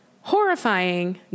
horrifying